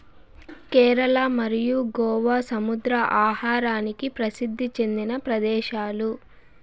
కేరళ మరియు గోవా సముద్ర ఆహారానికి ప్రసిద్ది చెందిన ప్రదేశాలు